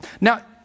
Now